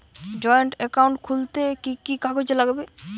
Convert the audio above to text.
Joint account খুলতে কি কি কাগজ লাগবে?